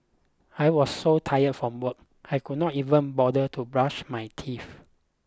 I was so tired from work I could not even bother to brush my teeth